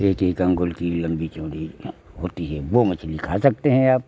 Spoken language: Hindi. एक एक अंगुल की लंबी चौड़ी होती है वह मछली खा सकते हैं अब